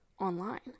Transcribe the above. online